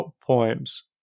poems